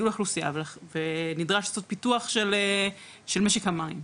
אוכלוסייה ונדרש לעשות פיתוח של משק המים,